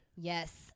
Yes